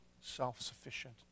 self-sufficient